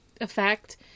effect